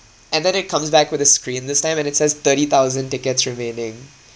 and then it comes back with a screen this time and it says thirty thousand tickets remaining